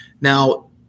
Now